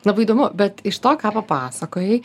labai įdomu bet iš to ką papasakojai